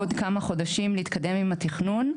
עוד כמה חודשים להתקדם עם התכנון,